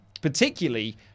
Particularly